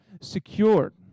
secured